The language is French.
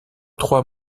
trois